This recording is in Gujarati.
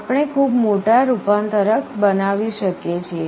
આપણે ખૂબ મોટા રૂપાંતરક બનાવી શકીએ છીએ